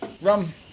Rum